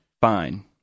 fine